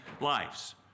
lives